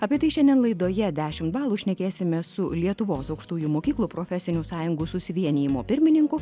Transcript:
apie tai šiandien laidoje dešimt balų šnekėsime su lietuvos aukštųjų mokyklų profesinių sąjungų susivienijimo pirmininku